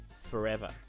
forever